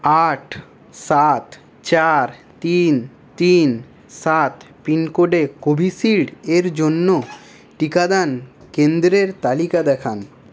আট সাত চার তিন তিন সাত পিনকোডে কোভিশিল্ড এর জন্য টিকাদান কেন্দ্রের তালিকা দেখান